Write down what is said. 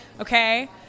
okay